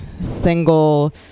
single